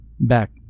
back